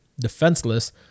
defenseless